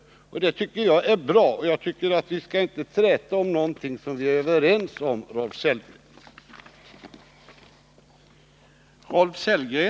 Det tycker jag är bra. Vi skall inte träta om någonting som vi är överens om, Rolf Sellgren.